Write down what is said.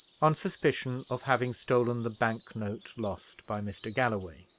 on suspicion of having stolen the bank-note, lost by mr. galloway.